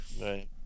Right